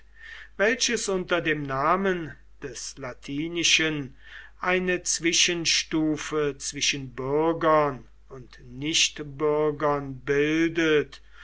welches unter dem namen des latinischen eine zwischenstufe zwischen bürgern und nichtbürgern bildet